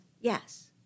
Yes